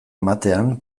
ematean